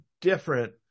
different